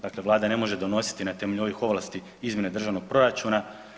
Dakle, Vlada ne može donositi na temelju ovih ovlasti izmjene državnog proračuna.